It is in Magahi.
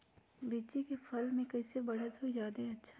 लिचि क फल म कईसे बढ़त होई जादे अच्छा?